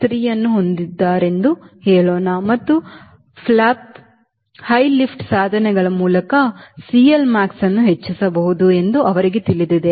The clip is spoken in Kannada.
3 ಅನ್ನು ಹೊಂದಿದ್ದಾರೆಂದು ಹೇಳೋಣ ಮತ್ತು ಫ್ಲಾಪ್ಸ್ ಹೈ ಲಿಫ್ಟ್ ಸಾಧನಗಳನ್ನು ಬಳಸುವ ಮೂಲಕ CLmax ಅನ್ನು ಹೆಚ್ಚಿಸಬಹುದು ಎಂದು ಅವರಿಗೆ ತಿಳಿದಿದೆ